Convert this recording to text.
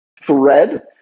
thread